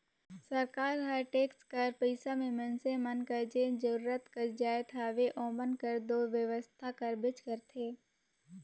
सरकार हर टेक्स कर पइसा में मइनसे मन कर जेन जरूरत कर जाएत हवे ओमन कर दो बेवसथा करबेच करथे